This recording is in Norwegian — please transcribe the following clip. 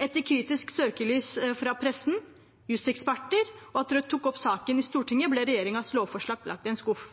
Etter kritisk søkelys fra pressen og juseksperter, og etter at man tok opp saken i Stortinget, ble regjeringens lovforslag lagt i en skuff.